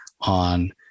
on